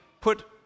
put